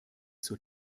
zur